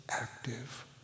active